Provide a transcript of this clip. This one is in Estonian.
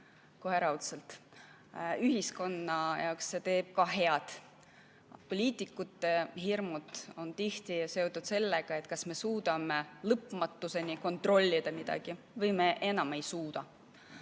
kohe raudselt, ühiskonna jaoks teeb see ka head. Poliitikute hirmud on tihti seotud sellega, kas me suudame midagi lõpmatuseni kontrollida või enam ei suuda.